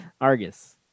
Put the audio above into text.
Argus